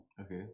Okay